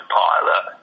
pilot